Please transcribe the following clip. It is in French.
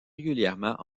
régulièrement